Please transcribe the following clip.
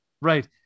Right